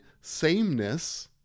Sameness